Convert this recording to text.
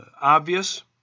obvious